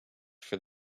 for